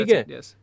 Yes